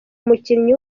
umukinnyi